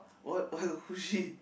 what why the who is she